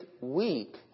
week